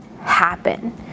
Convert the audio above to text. happen